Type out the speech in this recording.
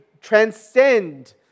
transcend